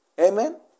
Amen